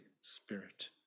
Spirit